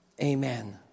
Amen